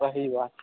सही बात